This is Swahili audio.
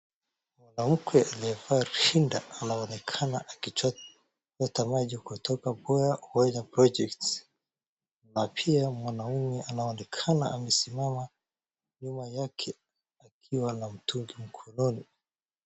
Mwanamke aliyevaa rinda anaonekana akichota maji kotoka kwenye water projects na pia mwanaume anaonekana amesimama nyuma yake akiwa na mtungi mkononi.